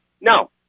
No